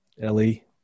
Ellie